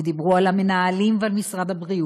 ודיברו על המנהלים ועל משרד הבריאות,